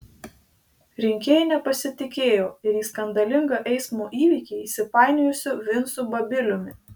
rinkėjai nepasitikėjo ir į skandalingą eismo įvykį įsipainiojusiu vincu babiliumi